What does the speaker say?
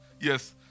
Yes